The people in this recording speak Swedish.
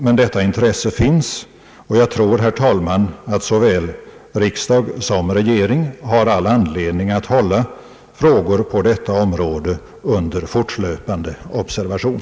Men detta intresse finns, och jag tror, herr talman, att såväl riksdag som regering har all anledning att hålla frågor på detta område under fortlöpande observation.